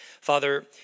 Father